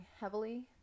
heavily